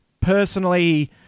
personally